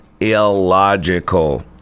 illogical